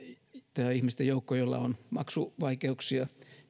tämä ihmisten joukko joilla on maksuvaikeuksia